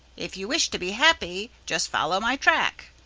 if you wish to be happy, just follow my track,